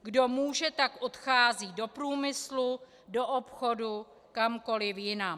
Kdo může, tak odchází do průmyslu, do obchodu, kamkoliv jinam.